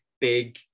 big